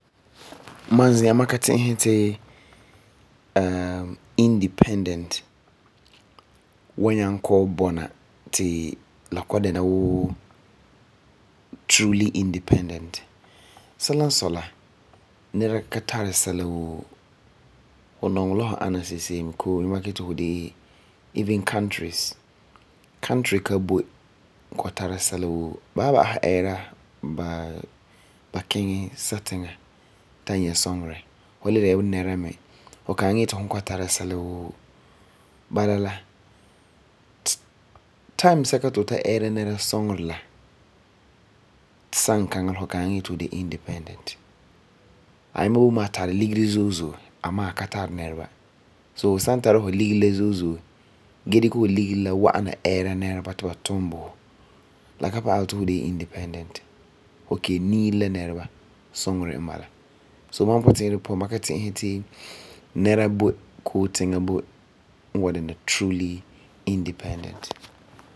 Ma zi'an ma ka ti'isɛ ti independent wa nyaŋɛ kɔ'ɔm bɔna ti la kɔ'ɔm dɛna wuu truly independence. Sela n sɔi la, nɛra ka tari sɛla woo. Du nɔŋɛ la fu ana se'em se'em mi koo n makɛ yeti fu de'e even countries. Country la boi kɔ'ɔm tara sɛla woo, ba wa ba'asum ɛɛra ba kiŋɛ satiŋa ta nyɛ suŋerɛ. Ayima bio mɛ a tari Ligeti zo'e zo'e amaa a ka tari nɛreba. So, fu san tara du Ligeri la zo'e zo'e gee dikɛ fu ligeri la wa'ana ti ba tum bo fu, la ka pa'alɛ ti fu de la independence, fu men need la nɛreba suŋerɛ n bala. So, ma puti'irɛ puan ma ka ti'isɛ ti nɛra boi koo tiŋa boi n wa dɛna truly independent.